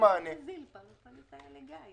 אני רוצה לדעת מה הסיוע שניתן לבעלי